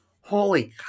holy